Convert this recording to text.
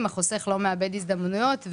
החוסך לא מאבד הזדמנויות,